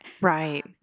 Right